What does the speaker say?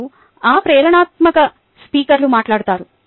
మరియు ఆ ప్రేరణాత్మక స్పీకర్లు మాట్లాడతారు